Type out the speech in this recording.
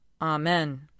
Amen